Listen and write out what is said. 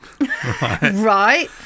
Right